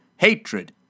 hatred